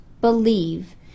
believe